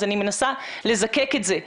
אז אני מנסה לזקק את זה.